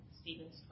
Stephen's